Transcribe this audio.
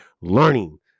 learning